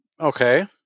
Okay